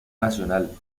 nacional